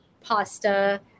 pasta